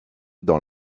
dans